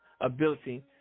ability